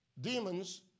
Demons